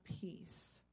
peace